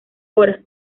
hora